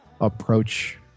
approach